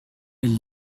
elles